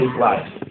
life